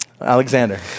Alexander